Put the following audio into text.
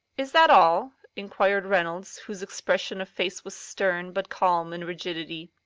is that all? inquired reynolds, whose expression of face was stern but calm in rigidity.